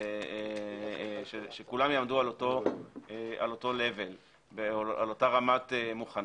שכולם יעמדו על אותה רמת מוכנות.